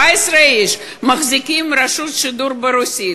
איש מחזיקים את רשות השידור ברוסית,